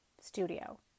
studio